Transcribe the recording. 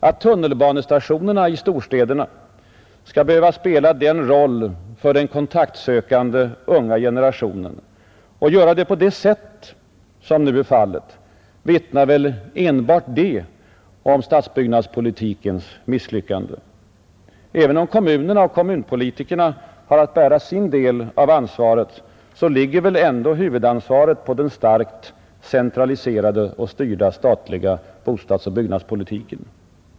Att tunnelbanestationerna i storstäderna skall behöva spela den roll för den kontaktsökande unga generationen och göra det på det sätt som nu är fallet vittnar väl, enbart det, om stadsbyggnadspolitikens totala misslyckande. Även om kommunerna och kommunalpolitikerna har att bära sin del av ansvaret, ligger ändå huvudansvaret på den starkt centraliserade och styrda statliga bostadsoch byggnadspolitiken.